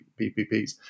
PPPs